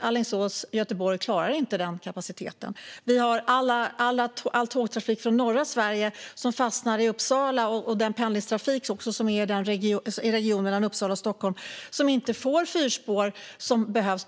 Alingsås-Göteborg inte har den kapacitet som krävs. Och all tågtrafik från norra Sverige fastnar i Uppsala. Det gäller även pendlingstrafiken i regionen mellan Uppsala och Stockholm där man inte får fyrspår, vilket behövs.